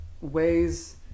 ways